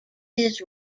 his